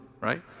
right